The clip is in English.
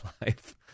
life